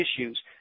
issues